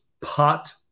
pot